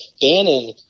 Bannon